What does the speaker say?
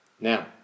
Now